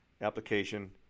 application